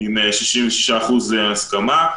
עם 66% הסכמה.